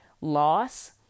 loss